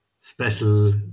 special